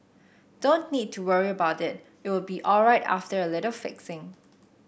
don't need to worry about it it will be alright after a little fixing